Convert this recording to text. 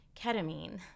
ketamine